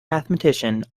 mathematician